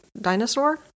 dinosaur